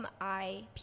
MIP